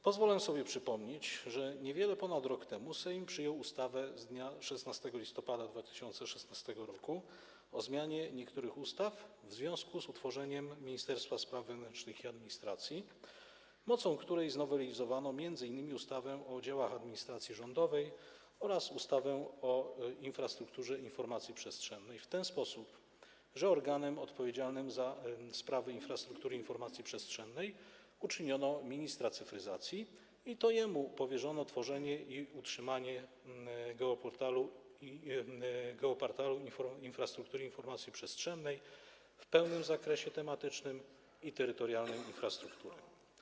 Pozwolę sobie przypomnieć, że niewiele ponad rok temu Sejm przyjął ustawę z dnia 16 listopada 2016 r. o zmianie niektórych ustaw w związku z utworzeniem Ministerstwa Spraw Wewnętrznych i Administracji, mocą której znowelizowano m.in. ustawę o działach administracji rządowej oraz ustawę o infrastrukturze informacji przestrzennej w ten sposób, że organem odpowiedzialnym za sprawy infrastruktury informacji przestrzennej uczyniono ministra cyfryzacji, i to jemu powierzono tworzenie i utrzymanie geoportalu infrastruktury informacji przestrzennej w pełnym zakresie tematycznym i terytorialnym infrastruktury.